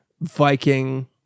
viking